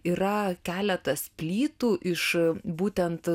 yra keletas plytų iš būtent